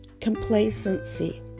Complacency